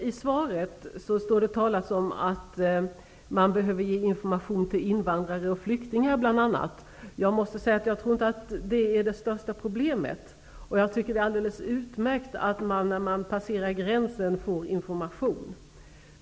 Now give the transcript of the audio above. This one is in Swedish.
Fru talman! I svaret talas det om att man behöver ge information till bl.a. invandrare och flyktingar. Jag tror inte att det är det största problemet. Jag tycker att det är alldeles utmärkt att man får information när man passerar gränsen.